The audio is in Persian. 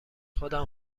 خودم